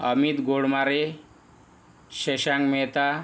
Amit Godmare Shashank Mehta